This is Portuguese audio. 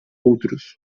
outros